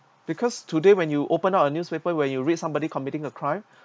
because today when you open up a newspaper when you read somebody committing a crime